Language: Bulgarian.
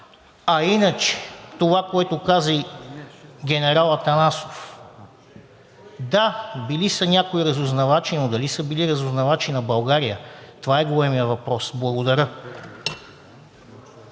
А иначе това, което каза и генерал Атанасов – да, били са някои разузнавачи, но дали са били разузнавачи на България? Това е големият въпрос. Благодаря.